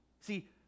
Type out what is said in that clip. See